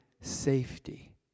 safety